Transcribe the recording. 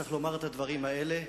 צריך לומר את הדברים האלה.